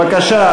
בבקשה,